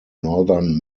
northern